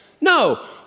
No